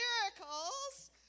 miracles